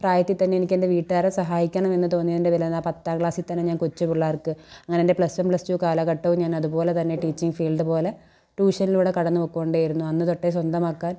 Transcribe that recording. പ്രായത്തിൽ തന്നെ എനിക്ക് എൻ്റെ വീട്ടുകാരെ സഹായിക്കണം എന്ന് തോന്നിയത് കൊണ്ട് തന്നെയാണ് ഞാൻ ആ പത്താം ക്ലാസ്സിൽ തന്നെ ഞാൻ കൊച്ചു പിള്ളേർക്ക് ഞാൻ എൻ്റെ പ്ലസ് വൺ പ്ലസ് ടു കാലഘട്ടവും ഞാൻ അതുപോലെ തന്നെ ടീച്ചിങ് ഫീൽഡ് പോലെ ട്യൂഷനിലൂടെ കടന്നു പോയിക്കൊണ്ടേയിരുന്നു അന്നു തൊട്ടേ സ്വന്തമാക്കാൻ